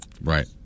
Right